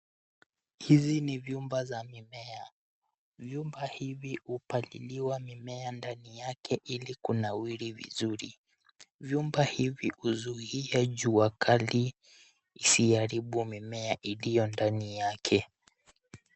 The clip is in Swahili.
Hizi ni vyumba za mimea. Vyumba hivi hupaliliwa mimea ndani yake ili kunawiri vizuri. Vyumba hivi huzuia jua kali isiharibu mimea iliyo ndani yake.